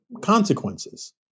consequences